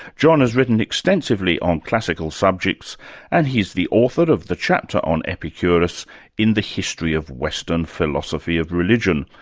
john has written extensively on classical subjects and he's the author of the chapter on epicurus in the history of western philosophy of religion,